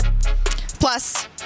Plus